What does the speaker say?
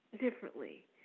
differently